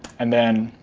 and then